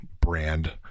brand